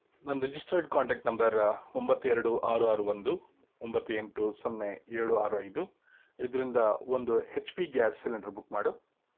ನನ್ನ registered contact number ಒಂಬತ್ತು ಎರಡು ಆರು ಆರು ಒಂದು ಒಂಬತ್ತು ಎಂಟು ಸೊನ್ನೆ ಏಳು ಆರು ಐದು ಇದರಿಂದ ಒಂದು H P gas cylinder book ಮಾಡು